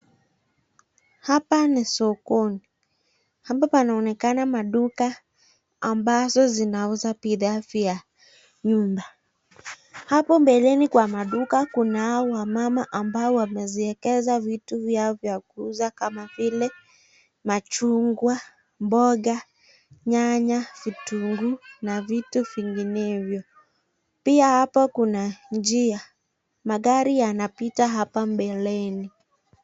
Hapa ni sokoni. Hapa panaonekana maduka, ambazo zinauza bidhaa vya nyumba. Hapo mbeleni kwa duka kuna wamama ambao wameekeza vitu vyao za kuuza kama vile machungwa, mboga, nyanya, vitunguu na vitu vinginevyo pia hapo kuna njia, magari yanapita hapo mbeleni.